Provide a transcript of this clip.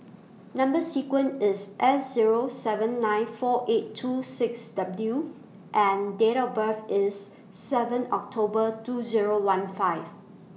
Number sequence IS S Zero seven nine four eight two six W and Date of birth IS seven October two Zero one five